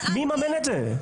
מי יממן את זה?